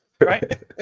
right